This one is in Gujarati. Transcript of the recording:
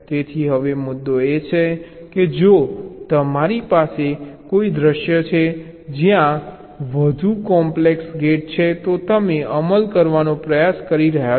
તેથી હવે મુદ્દો એ છે કે જો તમારી પાસે કોઈ દૃશ્ય છે જ્યાં વધુ કોમ્પ્લેક્સ ગેટ છે તો તમે અમલ કરવાનો પ્રયાસ કરી રહ્યાં છો